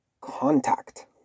contact